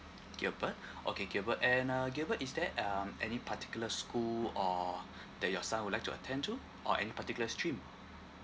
gilbert okay gilbert and uh gilbert is there um any particular school or that your son would like to attend to or any particular stream